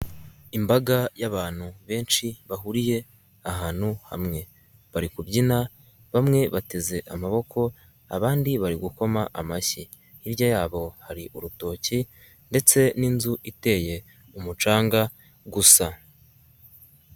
Imbaga y'abantu benshi bahuriye ahantu hamwe, bari kubyina bamwe bateze amaboko abandi bari gukoma amashyi, hirya yabo hari urutoki ndetse n'inzu iteye umucanga gusa.